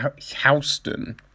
Houston